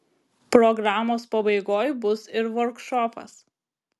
programos pabaigoj bus ir vorkšopas